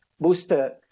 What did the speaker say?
booster